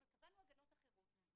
אבל קבענו הגנות אחרות.